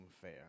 fair